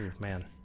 man